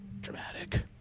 dramatic